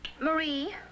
Marie